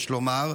יש לומר,